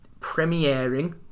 premiering